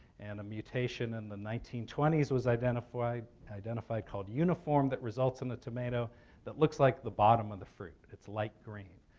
and a mutation in the nineteen twenty s was identified identified called uniform that results in the tomato that looks like the bottom of the fruit. it's light green.